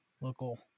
local